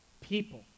people